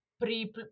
pre